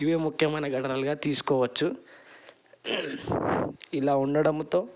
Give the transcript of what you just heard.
ఇవి ముఖ్యమైన ఘటనలుగా తీసుకోవచ్చు ఇలా ఉండడముతో